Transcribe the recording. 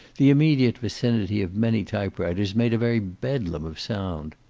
the immediate vicinity of many typewriters, made a very bedlam of sound.